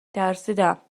ترسیدم